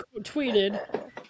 tweeted